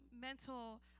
mental